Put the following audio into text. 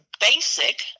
basic